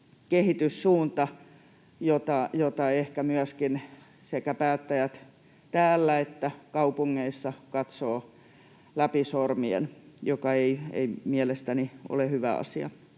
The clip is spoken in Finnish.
kehityssuunta, jota ehkä myöskin sekä päättäjät täällä että kaupungeissa katsovat läpi sormien, mikä ei mielestäni ole hyvä asia.